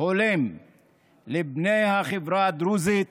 הולם לבני החברה הדרוזית